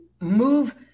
move